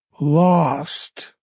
lost